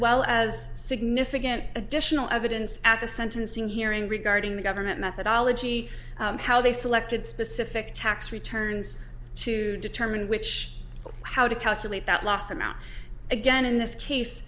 well as significant additional evidence at the sentencing hearing regarding the government methodology how they selected specific tax returns to determine which how to calculate that loss amount again in this case